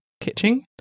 kitchen